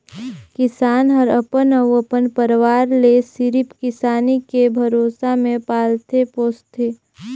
किसान हर अपन अउ अपन परवार ले सिरिफ किसानी के भरोसा मे पालथे पोसथे